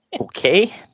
okay